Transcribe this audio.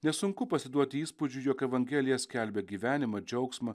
nesunku pasiduoti įspūdžiui jog evangelija skelbia gyvenimą džiaugsmą